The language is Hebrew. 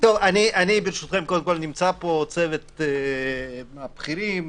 פה עם צוות הבכירים